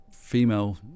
female